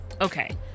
Okay